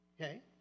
Okay